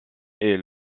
est